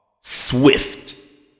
swift